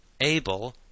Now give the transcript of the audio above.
able